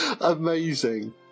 Amazing